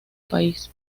país